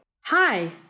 Hi